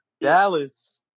Dallas